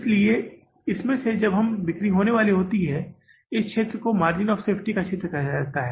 इसलिए इसमें से जब भी बिक्री होने वाली है इस क्षेत्र को मार्जिन ऑफ़ सेफ्टी का क्षेत्र कहा जाता है